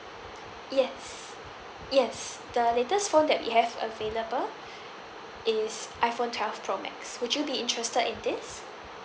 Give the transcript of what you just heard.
yes yes the latest phone that we have available is iPhone twelve pro max would you be interested in this